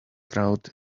crowd